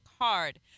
Hard